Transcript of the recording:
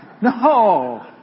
No